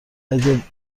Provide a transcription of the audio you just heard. اگه